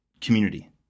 community